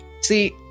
See